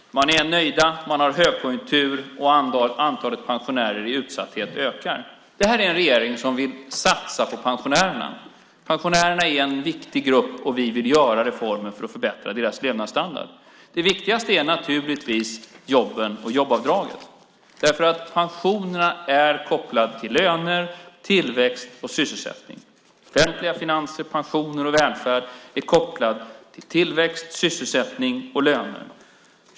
Man är nöjd, man har högkonjunktur, och antalet pensionärer i utsatthet ökar. Detta är en regering som vill satsa på pensionärerna. Pensionärerna är en viktig grupp, och vi vill göra reformer för att förbättra deras levnadsstandard. Det är viktigaste är naturligtvis jobben och jobbavdraget. Pensionerna är kopplade till löner, tillväxt och sysselsättning. Offentliga finanser, pensioner och välfärd är kopplade till tillväxt, sysselsättning och löner.